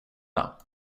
det